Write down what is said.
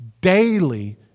daily